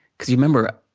because you remember,